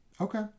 Okay